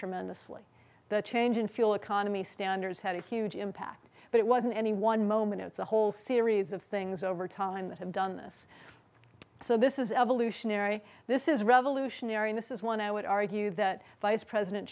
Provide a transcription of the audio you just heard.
tremendously the change in fuel economy standards had a huge impact but it wasn't any one moment it's a whole series of things over time that have done this so this is evolutionary this is revolutionary this is one i would argue that vice president